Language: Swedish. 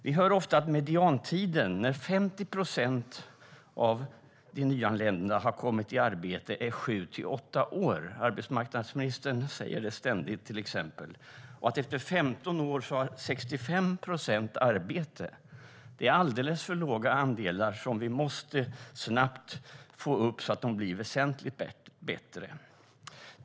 Vi hör ofta att mediantiden för när 50 procent av de nyanlända har kommit i arbete är sju åtta år - arbetsmarknadsministern säger det till exempel ständigt - och att 65 procent har arbete efter 15 år. Det är alldeles för låga andelar som vi snabbt måste få upp så att de blir väsentligt bättre.